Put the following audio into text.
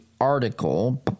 article